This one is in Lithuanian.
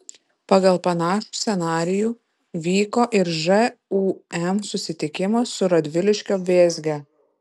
pagal panašų scenarijų vyko ir žūm susitikimas su radviliškio vėzge